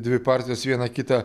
dvi partijos vieną kitą